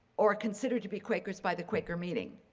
or considered to be quakers by the quaker meeting.